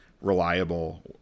reliable